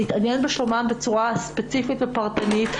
להתעניין בשלומם בצורה ספציפית ופרטנית,